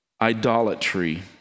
Idolatry